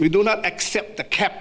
we do not accept the cap